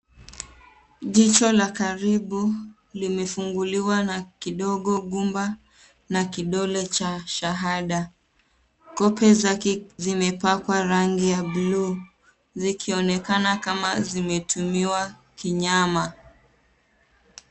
Jicho la karibu limefunguliwa na kidogo gumba na kidole cha shahada. Kope zake zimepakwa rangi ya bluu zikionekana kama zimetumiwa kinyama.